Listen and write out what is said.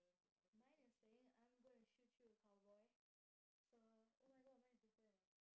mine is saying I'm gonna shoot you cowboy so !oh-my-God! mine is different eh